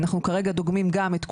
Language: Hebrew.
אנחנו כרגע דוגמים גם את כולם,